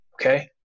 Okay